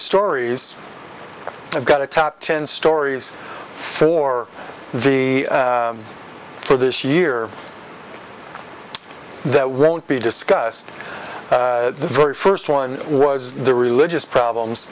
stories i've got a top ten stories for the for this year that won't be discussed the very first one was the religious problems